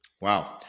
Wow